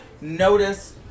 notice